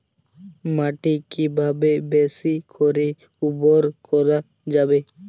মাটি কিভাবে বেশী করে উর্বর করা যাবে?